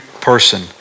person